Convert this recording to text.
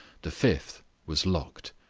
the fifth was locked.